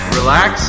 relax